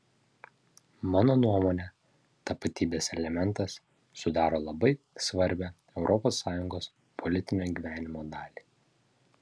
mano nuomone tapatybės elementas sudaro labai svarbią europos sąjungos politinio gyvenimo dalį